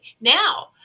Now